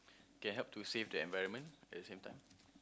can help to save the environment at the same time